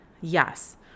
Yes